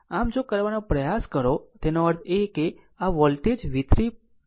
આમ જો કરવાનો પ્રયાસ કરો તેનો અર્થ એ કે આ વોલ્ટેજ v3 આ પણ 3 છે